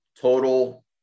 total